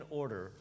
order